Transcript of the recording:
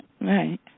Right